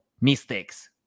mistakes